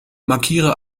markiere